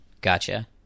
gotcha